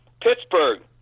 Pittsburgh